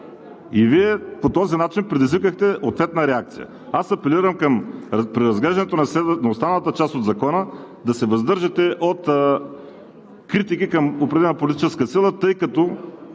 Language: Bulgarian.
И Вие по този начин предизвикахте ответна реакция. Аз апелирам при разглеждането на останалата част от Законопроекта да се въздържате от критики към определена политическа сила, тъй като